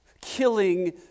killing